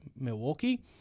Milwaukee